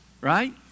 right